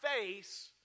face